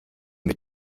mit